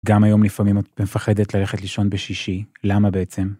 גם היום לפעמים את מפחדת ללכת לישון בשישי, למה בעצם?